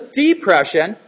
depression